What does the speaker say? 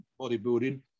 bodybuilding